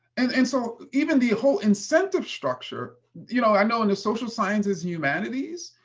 and and so even the whole incentive structure you know i know in the social sciences and humanities,